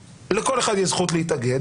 לכל אחד יש זכות להתאגד,